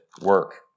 work